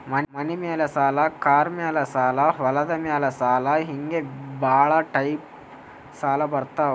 ಮನಿ ಮ್ಯಾಲ ಸಾಲ, ಕಾರ್ ಮ್ಯಾಲ ಸಾಲ, ಹೊಲದ ಮ್ಯಾಲ ಸಾಲ ಹಿಂಗೆ ಭಾಳ ಟೈಪ್ ಸಾಲ ಬರ್ತಾವ್